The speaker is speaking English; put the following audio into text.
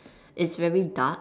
it's very dark